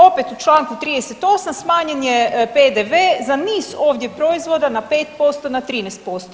Opet u Članku 38. smanjen je PDV za niz ovdje proizvoda na 5%, na 13%